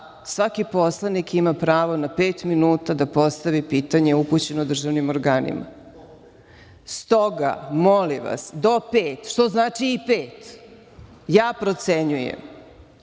svaki poslanik ima pravo na pet minuta da postavi pitanje upućeno državnim organima. Stoga, molim vas, do pet, što znači i pet, ja procenjujem.